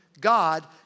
God